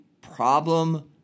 problem